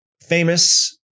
famous